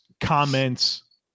comments